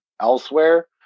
elsewhere